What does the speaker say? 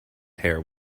hair